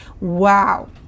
Wow